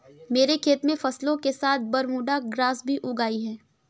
मेरे खेत में फसलों के साथ बरमूडा ग्रास भी उग आई हैं